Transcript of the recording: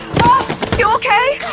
you okay?